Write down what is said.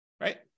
right